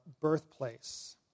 birthplace